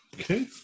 Okay